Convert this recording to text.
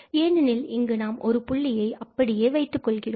ஏனெனில் இங்கு நாம் ஒரு புள்ளியை அப்படியே வைத்துக் கொள்கிறோம்